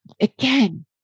again